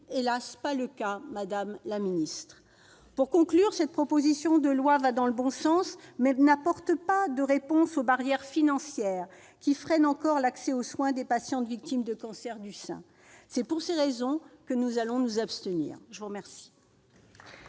hélas, pas le cas, madame la ministre ! Si cette proposition de loi va dans le bon sens, elle n'apporte pas de réponses aux barrières financières qui freinent encore l'accès aux soins des patientes victimes de cancer du sein. Pour ces raisons, notre groupe s'abstiendra sur ce texte.